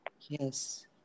Yes